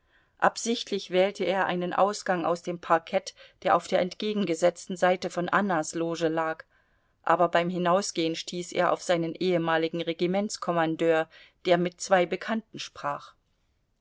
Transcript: absichtlich wählte er einen ausgang aus dem parkett der auf der entgegengesetzten seite von annas loge lag aber beim hinausgehen stieß er auf seinen ehemaligen regimentskommandeur der mit zwei bekannten sprach